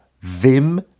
vim